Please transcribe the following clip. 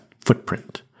footprint